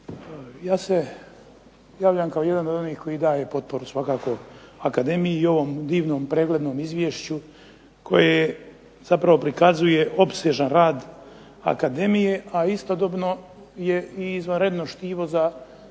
Ja se javljam kao jedan od onih koji daje potporu svakako Akademiji i ovom divnom, preglednom izvješću koje je zapravo prikazuje opsežan rad Akademije, a istodobno je i izvanredno štivo za naučiti